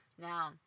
Now